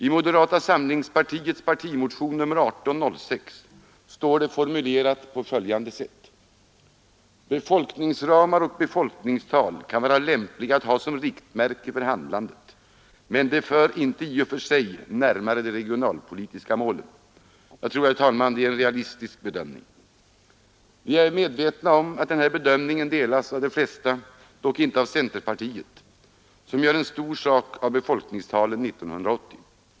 I moderata samlingspartiets partimotion 1806 står det formulerat på följande sätt: ”Befolkningsramar och befolkningstal kan vara lämpliga att ha som riktmärke för handlandet, men de för inte i och för sig närmare de regionalpolitiska målen.” Detta är en realistisk bedömning. Vi är väl alla medvetna om att den bedömningen delas av de flesta, dock inte av centerpartiet som gör en stor sak av befolkningstalen år 1980.